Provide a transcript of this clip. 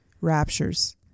Raptures